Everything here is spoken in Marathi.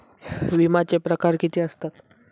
विमाचे प्रकार किती असतत?